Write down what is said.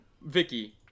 Vicky